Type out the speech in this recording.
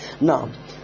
Now